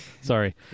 Sorry